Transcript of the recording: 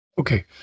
Okay